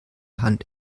hand